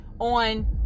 on